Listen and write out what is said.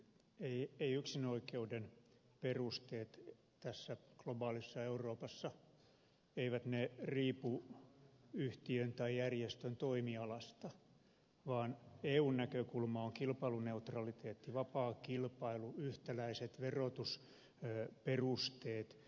eivät yksinoikeuden perusteet tässä globaalissa euroopassa riipu yhtiön tai järjestön toimialasta vaan eun näkökulma on kilpailuneutraliteetti vapaa kilpailu yhtäläiset verotus perusteita